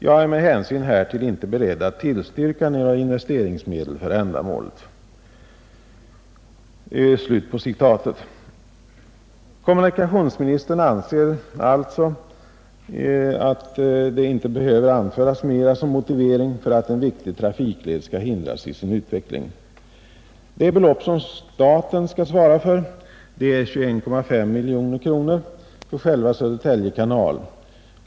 Jag är med hänsyn härtill inte beredd att tillstyrka några investeringsmedel för ändamålet.” Kommunikationsministern anser alltså att det inte behöver anföras mer som motivering för att en viktig trafikled skall hindras i sin utveckling. Det belopp som staten skall svara för är 21,5 miljoner kronor för själva Södertälje kanal.